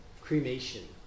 cremation